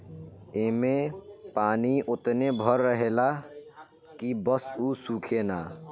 ऐमे पानी ओतने भर रहेला की बस उ सूखे ना